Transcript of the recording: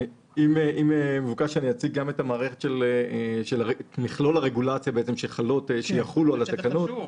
אם מבוקש שאציג גם את המערכת של מכלול הרגולציה שתחול על התקנות,